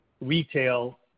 retail